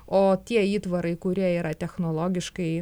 o tie įtvarai kurie yra technologiškai